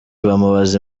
bamubaza